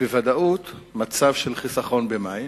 בוודאות מצב של חיסכון במים.